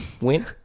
Win